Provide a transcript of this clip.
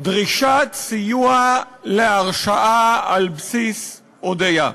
(דרישת סיוע להרשעה על בסיס הודיה).